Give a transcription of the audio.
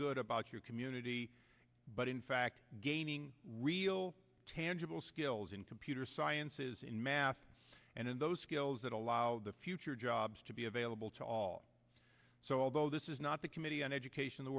good about your community but in fact gaining real tangible skills in computer sciences in math and in those skills that allow the future jobs to be available to all so although this is not the committee on education the